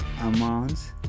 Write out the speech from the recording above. amounts